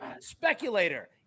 Speculator